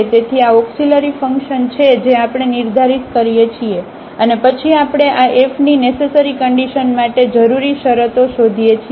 તેથી આ auxiliary function છે જે આપણે નિર્ધારિત કરીએ છીએ અને પછી આપણે આ F ની નેસેસરી કન્ડિશન માટે જરૂરી શરતો શોધીએ છીએ